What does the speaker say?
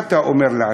מה אתה אומר לעצמך?